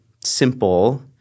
simple